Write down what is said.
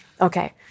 Okay